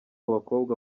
bakobwa